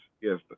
yes